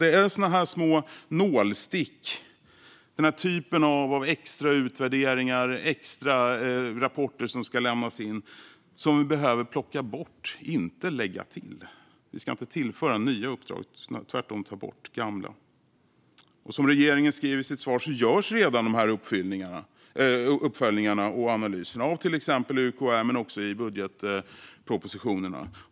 Det är sådana här små nålstick, denna typ av extrautvärderingar och extrarapporter som ska lämnas in, som vi behöver plocka bort, inte lägga till. Vi ska inte tillföra nya uppdrag. Vi ska, tvärtom, ta bort gamla. Som regeringen skriver i sitt svar görs redan dessa uppföljningar och analyser av till exempel UKÄ men också i budgetpropositionerna.